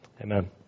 Amen